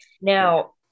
Now